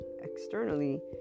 externally